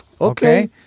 Okay